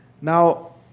Now